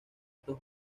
estos